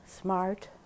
smart